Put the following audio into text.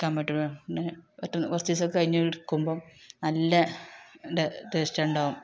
എടുക്കാൻ പറ്റില്ല പിന്നെ പറ്റുന്ന കുറച്ചു ദിവസമൊക്കെ കഴിഞ്ഞ് എടുക്കുമ്പോൾ നല്ല ടേസ്റ്റ് ഉണ്ടാവും